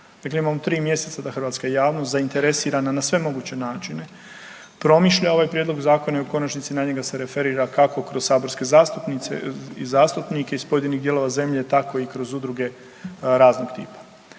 Dakle, imamo tri mjeseca da hrvatska javnost zainteresirana na sve moguće načine promišlja ovaj Prijedlog zakona i u konačnici na njega se referira kako kroz saborske zastupnice i zastupnike iz pojedinih dijelova zemlje tako i kroz udruge raznog tipa.